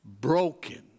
broken